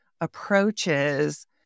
approaches